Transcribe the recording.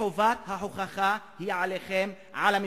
חובת ההוכחה היא עליכם, על הממשלה,